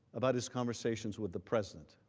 about his conversations with the president.